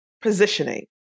positioning